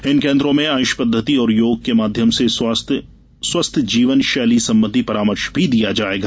इन केन्द्रों में आयुष पद्धति और योग के माध्यम से स्वस्थ्य जीवन शैली संबंधी परामर्श भी दिया जायेगा